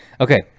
okay